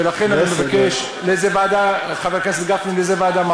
ולכן, אני מבקש, חבר הכנסת גפני, לאיזו ועדה?